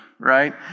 right